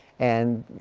and